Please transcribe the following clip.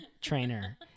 trainer